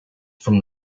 from